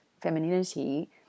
femininity